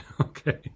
Okay